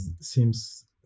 seems